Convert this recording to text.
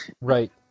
Right